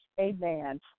amen